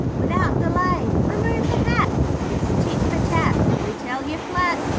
without delay remove the hat it's tit-for-tat, we tell you flat,